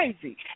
crazy